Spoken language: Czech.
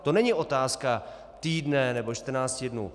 To není otázka týdne nebo čtrnácti dnů.